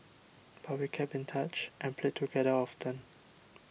but we kept in touch and played together often